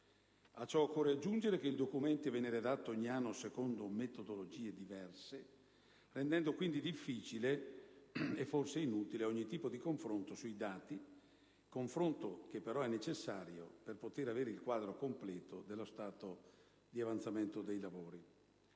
A ciò occorre aggiungere che il documento viene redatto ogni anno secondo metodologie diverse, rendendo quindi difficile, e forse inutile, ogni tipo di confronto sui dati, confronto però necessario per poter avere il quadro completo dello stato di avanzamento dei lavori.